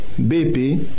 BP